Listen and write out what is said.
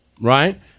Right